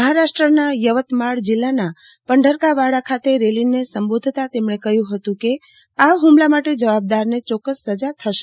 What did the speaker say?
મહારાષ્ટ્રના ચવતમાળ જિલ્લાના પંટરકાવાડા ખાતે રેલીને સંબોધતા તેમણે કહ્યું હતું કે આ હુમલા માટે ત્તવાબદારને ચોક્કસ સના થશે